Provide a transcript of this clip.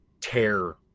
tear